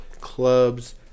clubs